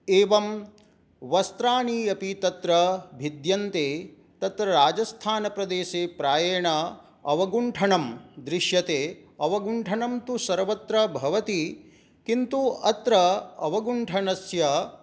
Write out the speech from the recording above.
एवं वस्त्राणि अपि तत्र भिद्यन्ते तत्र राजस्थानप्रदेशे प्रायेण अवगुण्ठनं दृश्यते अवगुण्ठनॆ तु सर्वत्र भवति किन्तु अत्र अवगुण्ठनस्य